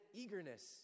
eagerness